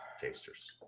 tasters